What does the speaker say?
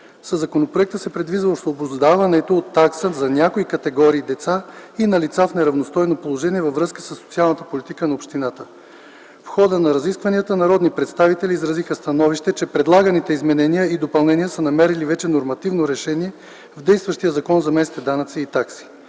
Със законопроекта се предвижда освобождаването от такса за някои категории деца и на лица в неравностойно положение във връзка със социалната политика на общината. В хода на разискванията народни представители изразиха становище, че предлаганите изменения и допълнения са намерили вече нормативно решение в действащия Закон за местните данъци и такси,